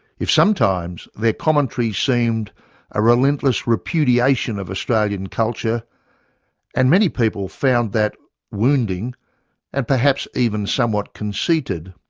if sometimes their commentary seemed a relentless repudiation of australian culture and many people found that wounding and perhaps even somewhat conceited,